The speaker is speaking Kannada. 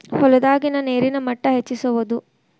ಹೊಲದಾಗಿನ ನೇರಿನ ಮಟ್ಟಾ ಹೆಚ್ಚಿಸುವದು